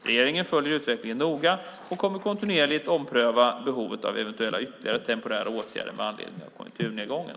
Regeringen följer utvecklingen noga och kommer kontinuerligt att ompröva behovet av eventuella ytterligare temporära åtgärder med anledning av konjunkturnedgången.